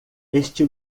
este